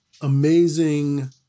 amazing